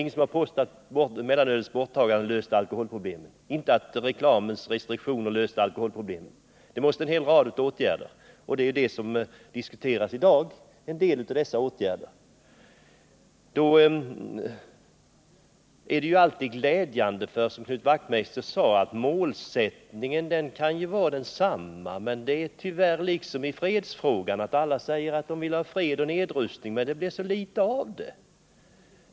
Ingen har påstått att borttagandet av mellanölet löste alkoholproblemet, att restriktionerna i fråga om reklamen gjorde det. Det måste till en rad åtgärder, och vad vi i dag diskuterar är bara en åtgärd. Det är naturligtvis glädjande att, som Knut Wachtmeister sade, målsättningen är densamma för oss alla. Men det är tyvärr i den här frågan som i fredsfrågan, där alla säger att de vill ha fred och nedrustning — det blir så litet avdet.